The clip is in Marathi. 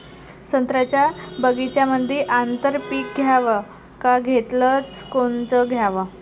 संत्र्याच्या बगीच्यामंदी आंतर पीक घ्याव का घेतलं च कोनचं घ्याव?